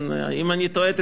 אם אני טועה,